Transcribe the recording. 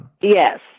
Yes